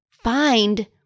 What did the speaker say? find